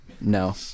No